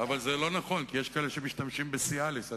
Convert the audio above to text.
כי אנחנו מכפילים ברגליים ומחלקים בשניים.